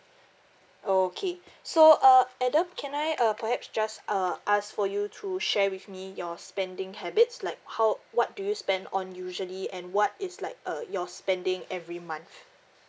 okay so uh adam can I uh perhaps just uh ask for you to share with me your spending habits like how what do you spend on usually and what is like uh your spending every month